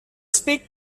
speak